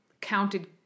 counted